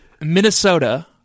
Minnesota